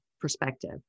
perspective